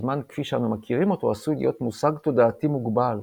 הזמן כפי שאנו מכירים אותו עשוי להיות מושג תודעתי מוגבל.